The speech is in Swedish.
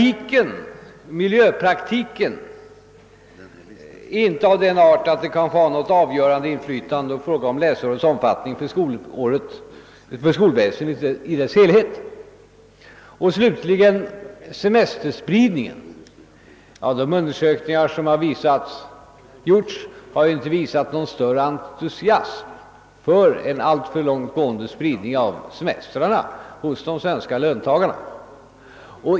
Miljöpraktiken är inte av den arten att den kan få ha något avgörande inflytande på läsårets omfattning för skolåret i dess helhet. Slutligen vill jag beröra frågan om semesterspridningen. De undersökningar som gjorts har inte visat någon större entusiasm hos de svenska löntagarna för en alltför långt gående spridning av semestrarna.